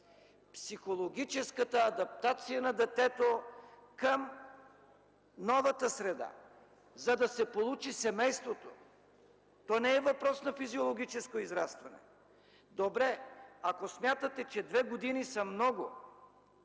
психологическата адаптация на детето към новата среда, за да се получи семейството. То не е въпрос на физиологическо израстване. Добре, ако смятате, че две години са много,